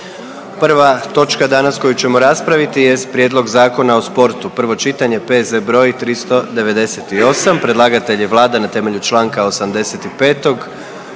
Prva točka danas koju ćemo raspraviti jest: - Prijedlog Zakona o sportu, prvo čitanje, P.Z. br. 398 Predlagatelj je Vlada RH na temelju čl. 85.